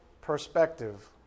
perspective